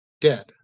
dead